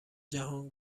جهان